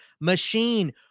machine